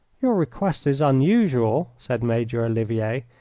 your request is unusual, said major olivier,